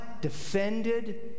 defended